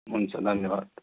हुन्छ धन्यवाद